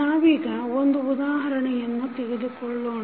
ನಾವೀಗ ಒಂದು ಉದಾಹರಣೆಯನ್ನು ತೆಗೆದುಕೊಳ್ಳೋಣ